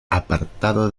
apartado